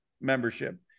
membership